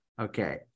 okay